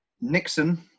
Nixon